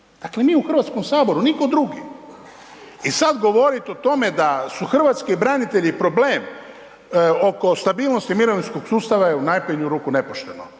Dakle mi u Hrvatskom saboru, nitko drugi. I sad govoriti o tome da su hrvatski branitelji problem oko stabilnosti mirovinskog sustava je u najmanju ruku nepošteno.